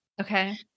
Okay